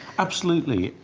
absolutely,